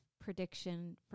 prediction